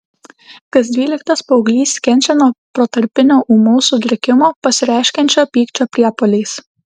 kas dvyliktas paauglys kenčia nuo protarpinio ūmaus sutrikimo pasireiškiančio pykčio priepuoliais